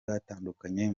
batandukanye